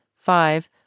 five